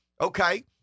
Okay